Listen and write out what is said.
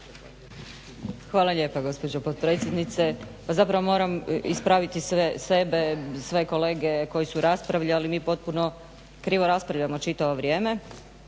Hvala lijepa gospođo potpredsjednice. Pa zapravo moram ispraviti sebe, sve kolege koji su raspravljali. Mi potpuno krivo raspravljamo čitavo vrijeme